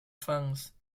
fans